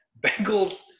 Bengals